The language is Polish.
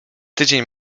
tydzień